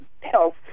Health